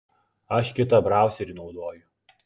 aš kitą brauserį naudoju